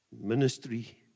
ministry